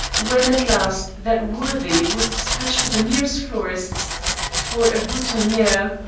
when at last that worthy was despatched to the nearest florist's for a boutonniere,